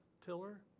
Tiller